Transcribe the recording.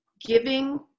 giving